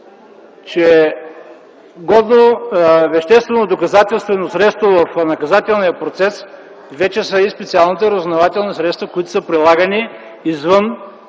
че годно веществено-доказателствено средство в наказателния процес вече са и специалните разузнавателни средства, които са прилагани извън